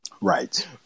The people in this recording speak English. Right